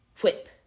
Whip